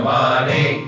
money